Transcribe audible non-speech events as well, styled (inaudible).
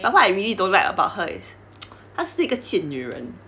but what I really don't like about her is (noise) 她是一个贱女人